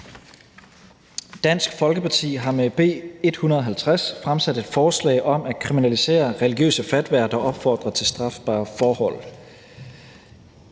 Dansk Folkeparti har med B 150 fremsat et forslag om at kriminalisere religiøse fatwaer, der opfordrer til strafbare forhold.